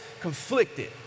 conflicted